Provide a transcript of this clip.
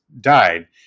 died